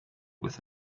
with